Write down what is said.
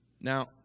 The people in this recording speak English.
Now